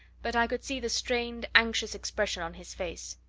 but i could see the strained, anxious expression on his face.